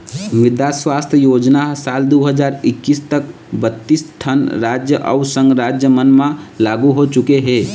मृदा सुवास्थ योजना ह साल दू हजार एक्कीस तक बत्तीस ठन राज अउ संघ राज मन म लागू हो चुके हे